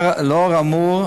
לאור האמור,